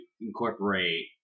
incorporate